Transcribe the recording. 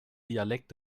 dialekt